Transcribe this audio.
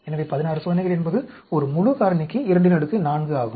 எனவே 16 சோதனைகள் என்பது ஒரு முழு காரணிக்கு 24 ஆகும்